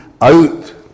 out